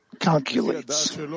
calculates